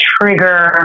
trigger